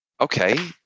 Okay